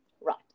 Right